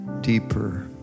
deeper